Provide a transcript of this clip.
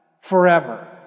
forever